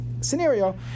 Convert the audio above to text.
scenario